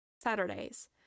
Saturdays